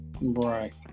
right